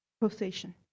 possession